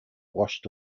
washed